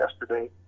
yesterday